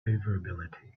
favorability